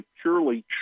purely